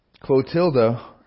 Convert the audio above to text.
Clotilda